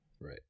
right